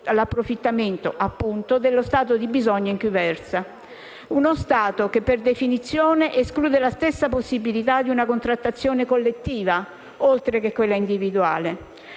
l'approfittamento, appunto, dello stato di bisogno in cui versa; uno stato che, per definizione, esclude la stessa possibilità di una contrattazione collettiva oltre che individuale.